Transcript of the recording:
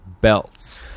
belts